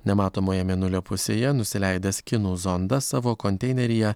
nematomoje mėnulio pusėje nusileidęs kinų zondas savo konteineryje